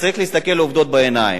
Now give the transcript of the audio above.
צריך להסתכל לעובדות בעיניים,